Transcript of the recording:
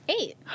Eight